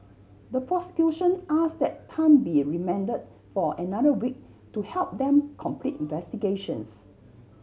the prosecution asked that Tan be remanded for another week to help them complete investigations